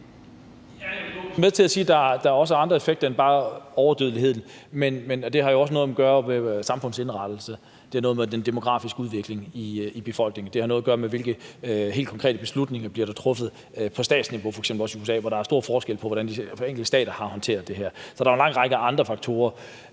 (NB): Jeg vil gå med til at sige, at der også er andre aspekter end bare overdødeligheden. Det har jo også noget at gøre med samfundets indretning, det har noget at gøre med den demografiske udvikling i befolkningen, det har noget at gøre med, hvilke helt konkrete beslutninger der bliver truffet på statsniveau, f.eks. også i USA, hvor der er stor forskel på, hvordan de enkelte stater har håndteret det her. Så der er jo en lang række andre faktorer.